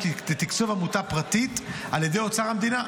לתקצוב עמותה פרטית על ידי אוצר המדינה.